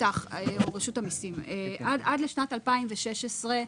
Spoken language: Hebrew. עד לשנת 2016,